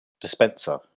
dispenser